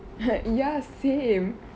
ha ya same